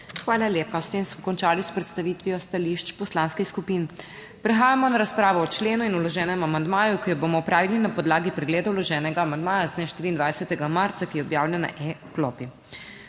Hvala lepa. S tem smo končali s predstavitvijo stališč poslanskih skupin. Prehajamo na razpravo o členu in vloženem amandmaju, ki jo bomo opravili na podlagi pregleda vloženega amandmaja z dne 24. marca, ki je objavljen na e-Klopi.